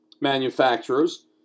manufacturers